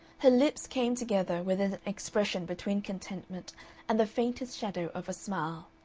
her lips came together with an expression between contentment and the faintest shadow of a smile,